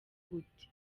gute